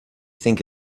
think